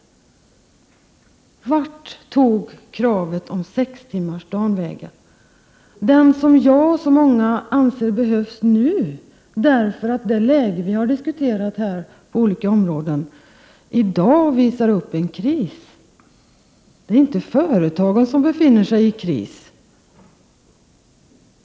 Vart tog kravet på sextimmarsdagen vägen? Det är en reform som många anser behövs nu, därför att det läge vi har diskuterat i dag är ett tecken på en kris på olika områden. Och det är inte företagen som befinner sig i kris.